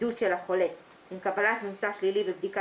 הבידוד של החולה עם קבלת ממצא שלילי בבדיקה